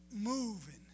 moving